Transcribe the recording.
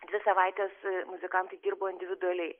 dvi savaites muzikantai dirbo individualiai